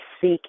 seek